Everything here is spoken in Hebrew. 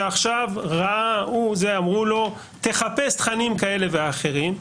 שעכשיו ראה או אמרו לו, תחפש תכנים כאלה ואחרים,